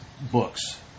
books